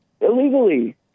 illegally